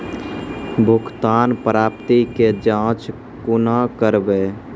भुगतान प्राप्ति के जाँच कूना करवै?